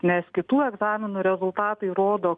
nes kitų egzaminų rezultatai rodo